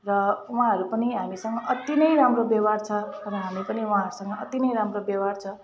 र उहाँहरू पनि हामीसँग अति नै राम्रो व्यवहार छ र हामी पनि उहाँहरूसँग अति नै राम्रो व्यवहार छ